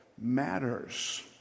matters